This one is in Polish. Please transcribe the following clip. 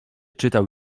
czytał